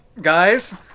guys